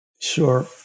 Sure